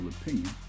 opinion